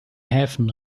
häfen